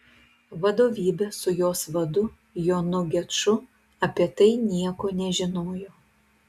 vadovybė su jos vadu jonu geču apie tai nieko nežinojo